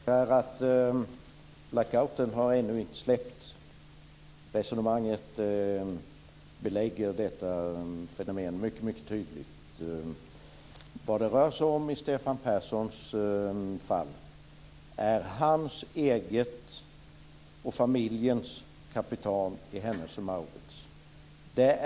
Fru talman! Jag märker att blackouten ännu inte har släppt. Resonemanget belägger detta fenomen mycket tydligt. Vad det rör sig om i Stefan Perssons fall är hans eget och familjens kapital i Hennes & Mauritz.